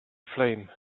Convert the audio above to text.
flame